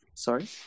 Sorry